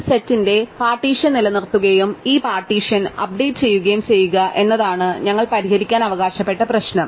ഒരു സെറ്റിന്റെ പാർട്ടീഷൻ നിലനിർത്തുകയും ഈ പാർട്ടീഷൻ അപ്ഡേറ്റ് ചെയ്യുകയും ചെയ്യുക എന്നതാണ് ഞങ്ങൾ പരിഹരിക്കാൻ അവകാശപ്പെട്ട പ്രശ്നം